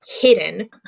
hidden